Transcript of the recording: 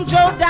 Joe